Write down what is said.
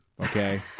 okay